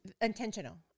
intentional